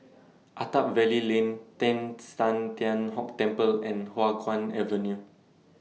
Attap Valley Lane Teng San Tian Hock Temple and Hua Guan Avenue